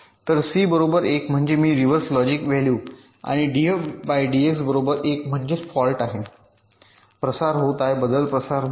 तर शी बरोबर 1 म्हणजे मी रिव्हर्स लॉजिक व्हॅल्यू आणि डीएफ डीएक्सआय बरोबर 1 म्हणजेच फॉल्ट आहे प्रसार होत बदल प्रसार होत